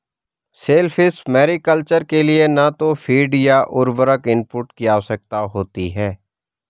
shellfish mariculture के लिए न तो फ़ीड या उर्वरक इनपुट की आवश्यकता होती है